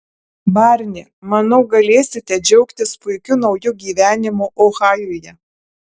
barni manau galėsite džiaugtis puikiu nauju gyvenimu ohajuje